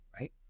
right